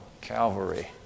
Calvary